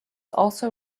also